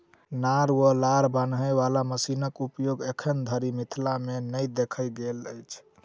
नार वा लार बान्हय बाला मशीनक उपयोग एखन धरि मिथिला मे नै देखल गेल अछि